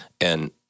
and-